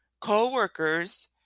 coworkers